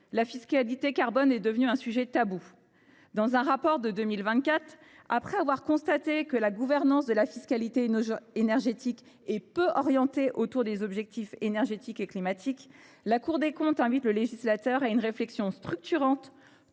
la fiscalité carbone est devenue un sujet tabou. Dans un rapport de 2024, la Cour des comptes, après avoir constaté que la gouvernance de la fiscalité énergétique était peu orientée autour des objectifs énergétiques et climatiques, invitait le législateur à une réflexion structurante